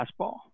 fastball